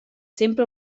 sempre